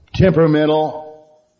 Temperamental